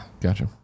gotcha